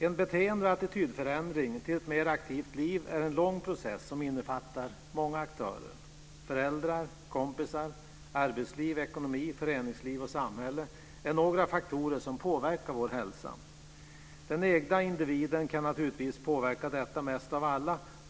En beteende och attitydförändring till ett mer aktivt liv är en lång process som innefattar många aktörer. Föräldrar, kompisar, arbetsliv, ekonomi, föreningsliv och samhälle är några faktorer som påverkar vår hälsa. Den egna individen kan naturligtvis påverka detta mest av alla.